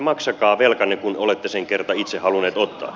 maksakaa velkanne kun olette sen kerta itse halunneet ottaa